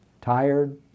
tired